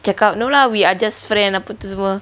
cakap no lah we are just friend apa tu semua